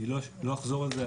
אז אני לא אחזור על זה,